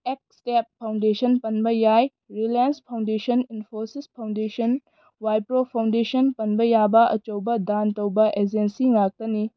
EkStep foundation ꯄꯟꯕ ꯌꯥꯏ Reliance foundation Infosys foundation Wipro foundation ꯄꯟꯕ ꯌꯥꯕ ꯑꯆꯧꯕ ꯗꯥꯟ ꯇꯧꯕ ꯑꯦꯖꯦꯟꯁꯤ ꯉꯥꯛꯇꯅꯤ